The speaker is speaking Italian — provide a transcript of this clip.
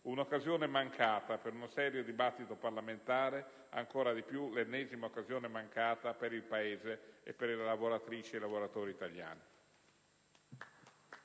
Un'occasione mancata per un serio dibattito parlamentare, ma ancora di più l'ennesima occasione mancata per il Paese e per le lavoratrici e i lavoratori italiani.